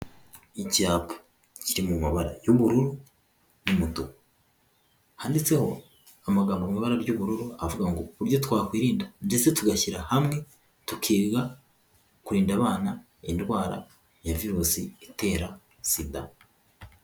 Icyapa kiri mu mabara y'ubururu n'umutuku, handitseho amagambo mu ibara ry'ubururu avuga ngo: uburyo twakwirinda ndetse tugashyira hamwe tukiga kurinda abana indwara ya virusi itera sida.